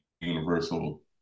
Universal